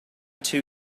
too